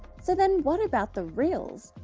so then what about the reals,